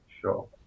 sure